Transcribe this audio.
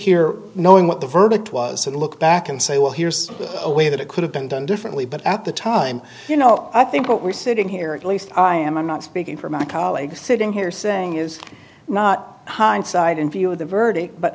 here knowing what the verdict was and look back and say well here's a way that it could have been done differently but at the time you know i think what we're sitting here at least i am not speaking for my colleagues sitting here saying is not hindsight in view of the verdict but